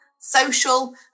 social